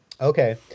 Okay